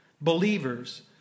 believers